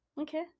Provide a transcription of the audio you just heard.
Okay